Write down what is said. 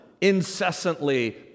incessantly